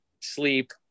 sleep